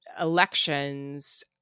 elections